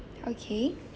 okay